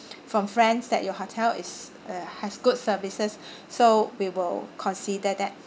from friends that your hotel is uh has good services so we will consider that